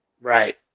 Right